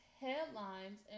headlines